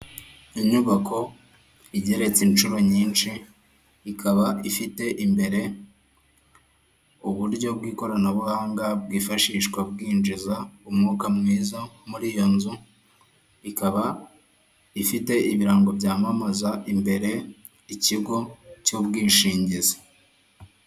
Inyubako igeretse inshuro nyinshi, ikaba ifite imbere uburyo bw'ikoranabuhanga bwifashishwa bwinjiza umwuka mwiza muri iyo nzu, ikaba ifite ibirango byamamaza imbere ikigo cy'ubwishingizi.